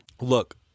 Look